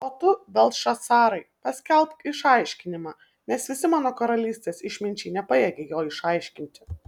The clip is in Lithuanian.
o tu beltšacarai paskelbk išaiškinimą nes visi mano karalystės išminčiai nepajėgia jo išaiškinti